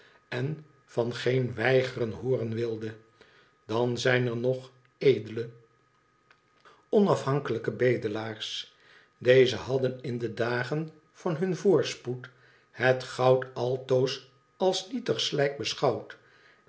en van geen weigeren hooren wilde dan zijn er nog edele onafhankelijke bedelaars deze hadden in de dagen van hun voorspoed het goud altoos als nietig slijk beschouwd